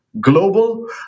global